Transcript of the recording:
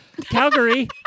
Calgary